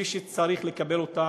מי שצריכים לקבל אותם,